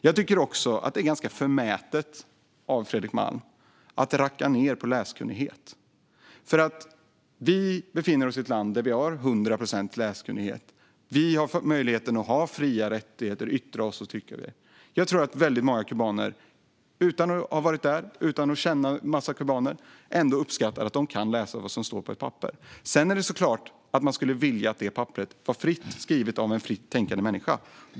Jag tycker också att det är ganska förmätet av Fredrik Malm att racka ned på läskunnighet. Vi befinner oss i ett land med 100 procent läskunnighet. Vi har fått möjlighet att ha fria rättigheter, att yttra oss och att tycka. Utan att ha varit på Kuba tror jag att väldigt många kubaner ändå uppskattar att de kan läsa vad som står på ett papper. Sedan är det klart att man skulle vilja att detta papper var fritt skrivet av en fritt tänkande människa.